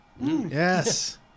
Yes